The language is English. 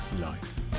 life